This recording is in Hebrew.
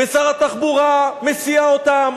ושר התחבורה מסיע אותם,